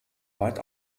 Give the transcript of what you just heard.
weit